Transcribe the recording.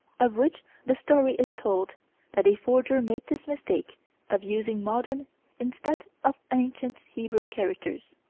of which the story is told that a forger made this mistake of using modern instead of ancient hebrew characters.